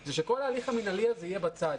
זה שכל ההליך המינהלי הזה יהיה בצד.